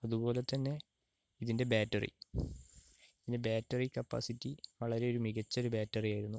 അതുപോലെ തന്നെ ഇതിൻ്റെ ബാറ്ററി ഇതിൻ്റെ ബാറ്ററി കപ്പാസിറ്റി വളരെ ഒരു മികച്ച ഒരു ബാറ്ററി ആയിരുന്നു